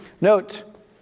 note